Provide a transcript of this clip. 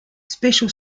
special